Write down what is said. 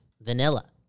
Vanilla